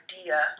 idea